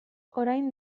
orain